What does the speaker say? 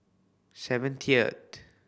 seventieth